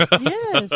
Yes